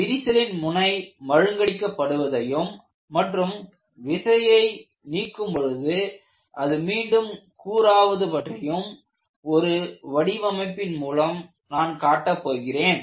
விரிசலின் முனை மழுங்கடிக்கபடுவதையும் மற்றும் விசையை நீக்கும் பொழுது அது மீண்டும் கூராவது பற்றியும் ஒரு வடிவமைப்பின் மூலம் நான் காட்ட போகிறேன்